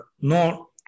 no